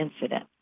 incident